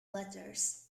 letters